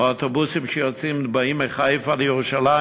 או אוטובוסים שבאים מחיפה לירושלים,